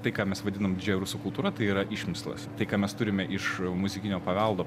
tai ką mes vadinam rusų kultūra tai yra išmislas tai ką mes turime iš muzikinio paveldo